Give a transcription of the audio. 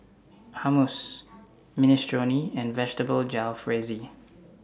Hummus Minestrone and Vegetable Jalfrezi